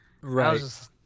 Right